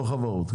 לא חברות.